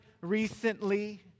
recently